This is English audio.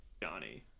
johnny